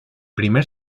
primer